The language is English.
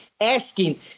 asking